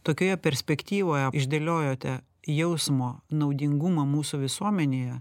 tokioje perspektyvoje išdėliojote jausmo naudingumą mūsų visuomenėje